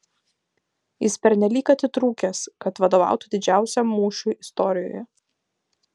jis pernelyg atitrūkęs kad vadovautų didžiausiam mūšiui istorijoje